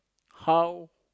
how